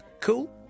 Cool